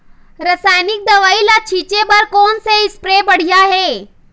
रासायनिक दवई ला छिचे बर कोन से स्प्रे बढ़िया हे?